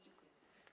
Dziękuję.